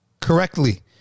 Correctly